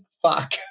fuck